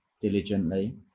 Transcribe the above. diligently